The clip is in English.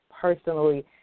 personally